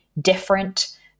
different